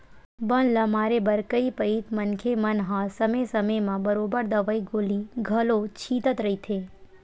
बन ल मारे बर कई पइत मनखे मन हा समे समे म बरोबर दवई गोली घलो छिंचत रहिथे